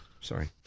Sorry